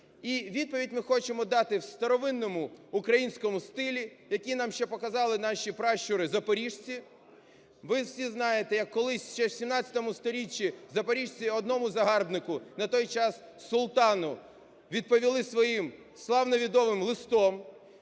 відповідь ми хочемо дати в старовинному українському стилі, які нам ще показали наші пращури запорожці. Ви всі знаєте, як колись, ще вXVII сторіччі, запорожці одному загарбнику, на той час султану, відповіли своїм славно відомим листом.